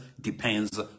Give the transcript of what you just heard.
depends